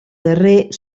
darrer